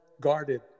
guarded